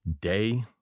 day